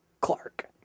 Clark